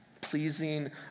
pleasing